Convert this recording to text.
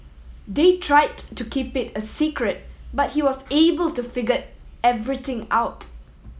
they tried to keep it a secret but he was able to figure everything out